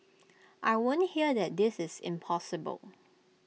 I won't hear that this is impossible